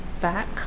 back